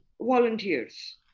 volunteers